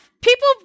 people